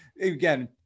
again